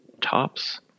tops